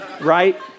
Right